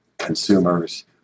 consumers